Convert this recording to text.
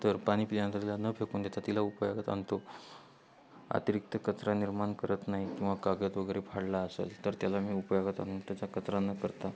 तर पाणी प्यायल्यानंतर न फेकून देता तिला उपयोगात आणतो अतिरिक्त कचरा निर्माण करत नाही किंवा कागद वगैरे फाडला असेल तर त्याला मी उपयोगात आणून त्याचा कचरा न करता